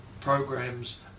programs